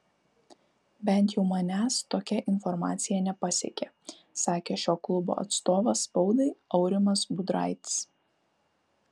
bent jau manęs tokia informacija nepasiekė sakė šio klubo atstovas spaudai aurimas budraitis